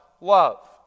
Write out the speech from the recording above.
love